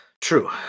True